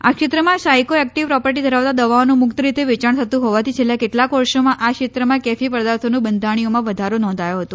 આ ક્ષેત્રમાં psycho active property ધરાવતા દવાઓનું મુક્ત રીતે વેચાણ થતું હોવાથી છેલ્લા કેટલાક વર્ષોમાં આ ક્ષેત્રમાં કેફી પદાર્થોના બંધાણીઓમાં વધારો નોંધાયો હતો